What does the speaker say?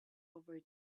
over